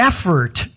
effort